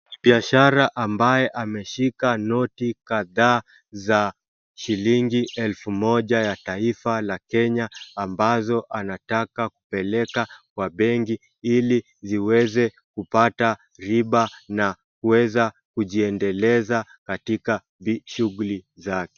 Ni biashara ambaye ameshika noti kadhaa za shilingi elfu moja ya taifa la Kenya ambazo anataka kupeleka kwa benki ili ziweze kupata riba na kuweza kujiendeleza katika shughuli zake.